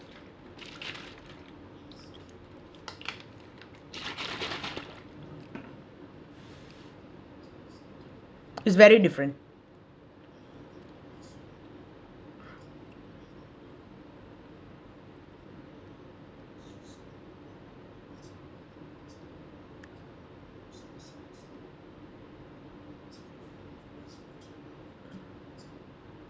is very different